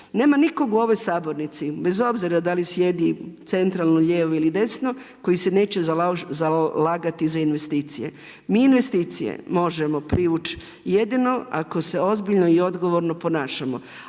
Nema nikog u ovoj sabornici bez obzira da li sjedi centralno, lijevo ili desno koji se neće zalagati za investicije. Mi investicije možemo privući jedino ako se ozbiljno i odgovorno ponašamo.